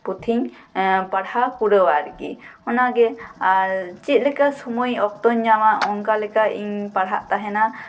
ᱯᱩᱛᱷᱤᱧ ᱯᱟᱲᱦᱟᱣ ᱯᱩᱨᱟᱹᱣᱟ ᱟᱨᱠᱤ ᱚᱱᱟᱜᱮ ᱟᱨ ᱪᱮᱫ ᱞᱮᱠᱟ ᱥᱚᱢᱚᱭ ᱚᱠᱛᱚᱧ ᱧᱟᱢᱟ ᱚᱱᱠᱟ ᱞᱮᱠᱟ ᱤᱧ ᱯᱟᱲᱦᱟᱜ ᱛᱟᱦᱮᱸᱱᱟ